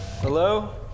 Hello